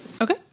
Okay